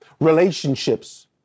Relationships